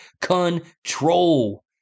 control